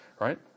right